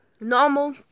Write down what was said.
normal